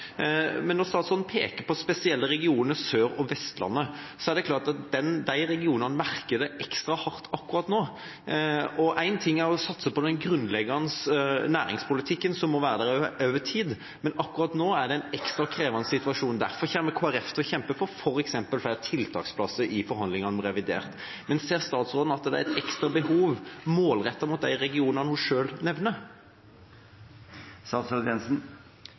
Men statsråden peker på spesielle regioner, Sør- og Vestlandet. Det er klart at de regionene merker det ekstra hardt akkurat nå. Én ting er å satse på den grunnleggende næringspolitikken som må være der over tid, men akkurat nå er det en ekstra krevende situasjon. Derfor kommer Kristelig Folkeparti til å kjempe for f.eks. flere tiltaksplasser i forhandlingene om revidert. Men ser statsråden at det er et ekstra behov målrettet mot de regionene hun selv nevner?